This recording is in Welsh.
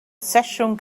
sesiwn